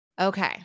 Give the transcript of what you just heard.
Okay